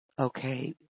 okay